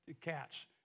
cats